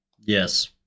yes